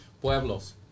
pueblos